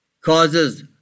causes